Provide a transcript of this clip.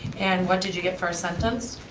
and what did you get for a sentence?